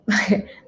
Okay